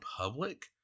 public